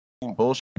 bullshit